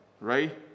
right